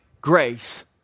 grace